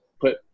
put